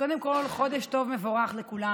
קודם כול, חודש טוב ומבורך לכולם.